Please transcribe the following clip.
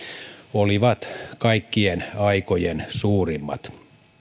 olivat kaikkien aikojen suurimmat